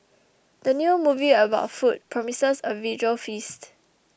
the new movie about food promises a visual feast